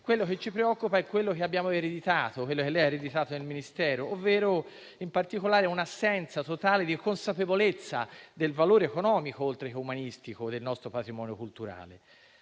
quello che ci preoccupa è quello che abbiamo ereditato, quello che lei ha ereditato nel Ministero, ovvero un'assenza totale di consapevolezza del valore economico, oltre che umanistico, del nostro patrimonio culturale,